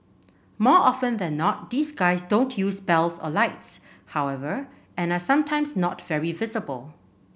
more often than not these guys don't use bells or lights however and are sometimes not very visible